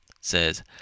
says